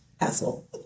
Asshole